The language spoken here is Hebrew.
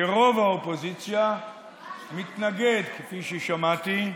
שרוב האופוזיציה מתנגד, כפי ששמעתי,